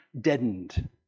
deadened